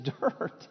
dirt